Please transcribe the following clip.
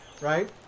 right